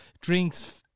Drinks